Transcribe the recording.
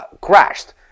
crashed